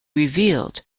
revealed